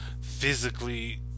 physically